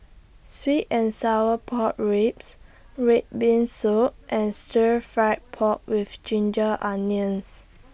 Sweet and Sour Pork Ribs Red Bean Soup and Stir Fried Pork with Ginger Onions